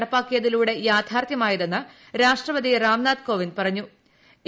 T നടപ്പിലാക്കിയതിലൂടെ യാഥാർത്ഥ്യമായതെന്ന് രാഷ്ട്രപതി രാംനാഥ് കോവിന് പറഞ്ഞൂ്